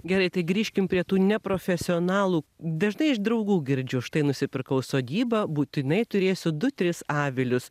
gerai tai grįžkim prie tų neprofesionalų dažnai iš draugų girdžiu štai nusipirkau sodybą būtinai turėsiu du tris avilius